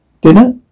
Dinner